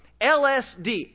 LSD